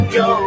go